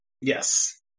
Yes